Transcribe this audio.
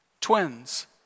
twins